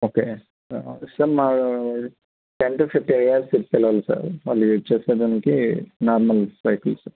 okay sir మా ten to fifteen years పిల్లలకి sir వాళ్ళు యూజ్ చేసుకొనే దానికి నార్మల్ సైకిల్స్